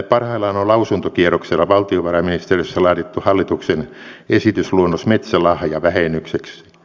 parhaillaan on lausuntokierroksella valtiovarainministeriössä laadittu hallituksen esitysluonnos metsälahjavähennykseksi